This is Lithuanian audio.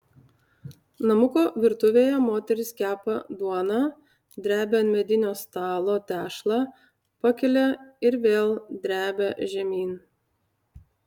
namuko virtuvėje moteris kepa duoną drebia ant medinio stalo tešlą pakelia ir vėl drebia žemyn